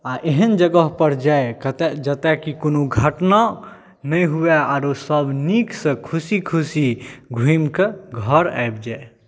आ एहन जगह पर जाए जतऽ कि कोनो घटना नहि हुए आरो सभ नीकसँ खुशी खुशी घुमिकऽ घर आबि जाए